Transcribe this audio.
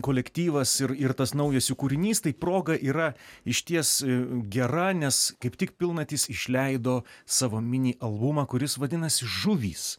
kolektyvas ir ir tas naujas jų kūrinys tai proga yra išties gera nes kaip tik pilnatys išleido savo mini albumą kuris vadinasi žuvys